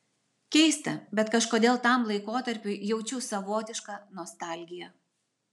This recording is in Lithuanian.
keista bet kažkodėl tam laikotarpiui jaučiu savotišką nostalgiją